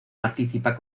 participa